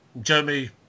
jeremy